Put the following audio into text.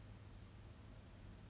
他要杀人放火